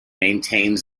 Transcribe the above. maintains